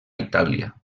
itàlia